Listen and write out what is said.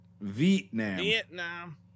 Vietnam